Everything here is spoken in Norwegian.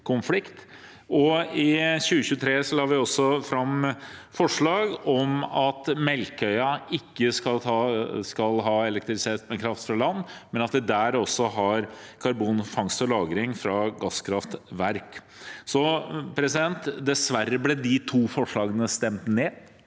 I 2023 la vi fram forslag om at Melkøya ikke skal elektrifiseres med kraft fra land, men at man også der har karbonfangst og -lagring fra gasskraftverk. Dessverre ble de to forslagene stemt ned